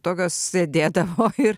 tokios sėdėdavo ir